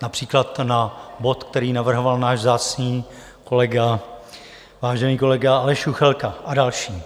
Například na bod, který navrhoval náš vzácný kolega, vážený kolega Aleš Juchelka, a další.